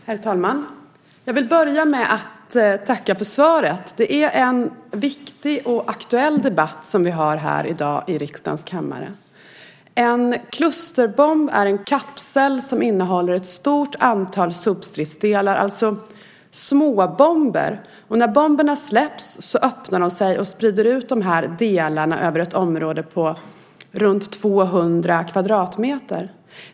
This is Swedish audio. Herr talman! Jag vill börja med att tacka för svaret. Det är en viktig och aktuell debatt som vi har här i dag i riksdagens kammare. En klusterbomb är en kapsel som innehåller ett stort antal substridsdelar, alltså småbomber, och när bomberna släpps öppnar de sig och sprider ut delarna över ett område på runt 200 kvadratmeter.